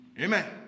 Amen